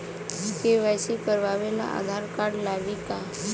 KYC करावे ला Aadhaar card लागी का?